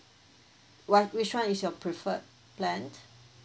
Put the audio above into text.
what which one is your preferred plan